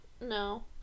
No